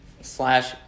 slash